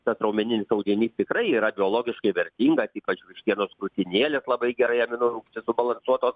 tas raumeninis audinys tikrai yra biologiškai vertingas ypač vištienos krūtinėlės labai gerai amino rūgštys subalansuotos